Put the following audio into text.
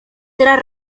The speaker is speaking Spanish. tras